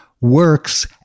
works